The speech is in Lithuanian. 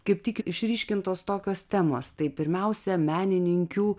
kaip tik išryškintos tokios temos tai pirmiausia menininkių